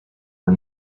for